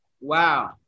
Wow